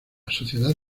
sociedad